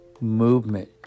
movement